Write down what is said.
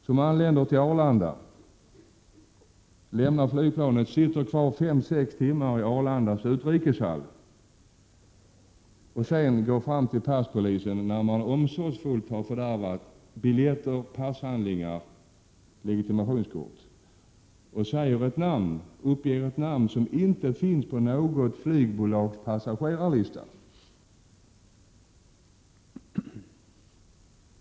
De anländer till Arlanda, lämnar flygplanet, sitter kvar fem sex timmar i Arlandas utrikeshall, de går sedan fram till passpolisen efter att omsorgsfullt ha förstört biljetter, pass och legitimationskort. De uppger ett namn som inte finns på något flygbolags passagerarlista.